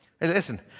Listen